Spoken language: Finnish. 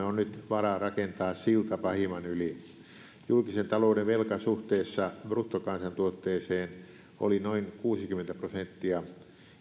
on nyt varaa rakentaa silta pahimman yli julkisen talouden velka suhteessa bruttokansantuotteeseen oli noin kuusikymmentä prosenttia